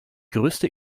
größte